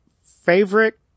favorite